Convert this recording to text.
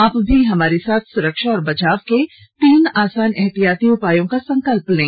आप भी हमारे साथ सुरक्षा और बचाव के तीन आसान एहतियाती उपायों का संकल्प लें